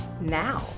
now